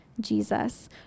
Jesus